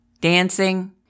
dancing